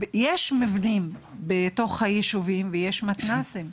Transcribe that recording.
יש מבנים בתוך היישובים ויש מתנ״סים,